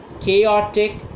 chaotic